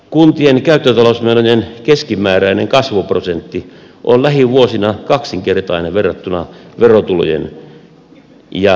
kuntien käyttötalousmenojen keskimääräinen kasvuprosentti on lähivuosina kaksinkertainen verrattuna verotulojen ja valtionosuuksien kasvuprosenttiin nähden